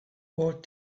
ought